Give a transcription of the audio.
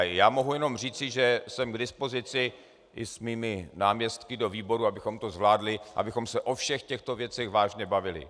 Já mohu jenom říci, že jsem k dispozici i se svými náměstky výborům, abychom to zvládli, abychom se o všech těchto věcech vážně bavili.